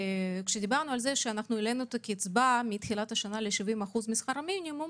כשדברנו על זה שהעלינו את הקצבה מתחילת השנה ל-70% משכר המינימום